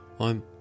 I'm